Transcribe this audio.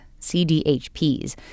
CDHPs